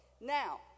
Now